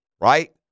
right